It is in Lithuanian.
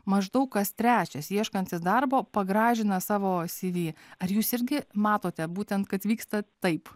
maždaug kas trečias ieškantis darbo pagražina savo cv ar jūs irgi matote būtent kad vyksta taip